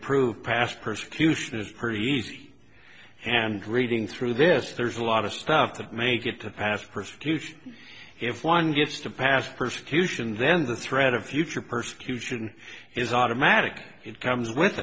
prove past persecution is easy and reading through this there's a lot of stuff that may get to past persecution if one gets to past persecution then the threat of future persecution is automatic it comes with